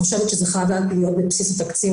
חושבת שזה צריך להיות בבסיס תקציב,